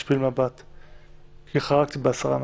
ולהשפיל מבט כי חרגתי ב-10 מטר.